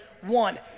One